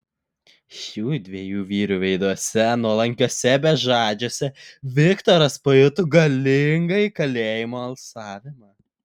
šių dviejų vyrų veiduose nuolankiuose bežadžiuose viktoras pajuto galingąjį kalėjimo alsavimą